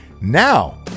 Now